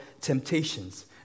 temptations